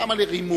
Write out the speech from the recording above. למה לי רימו?